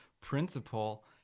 principle